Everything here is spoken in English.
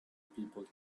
people